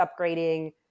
upgrading